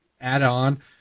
add-on